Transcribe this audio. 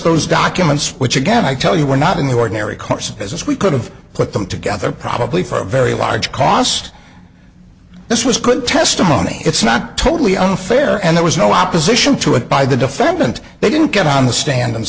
those documents which again i tell you were not in the ordinary course of business we could've put them together probably for a very large cost this was good testimony it's not totally unfair and there was no opposition to it by the defendant they didn't get on the stand and